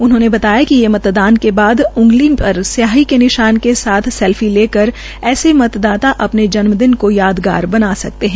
उन्होंने बताया कि मतदान के बाद उंगली पर स्याही का निशान के साथ सेल्फी लेकर ऐसे मतदाता अपना जन्मदिन को यादगार बना सकते हैं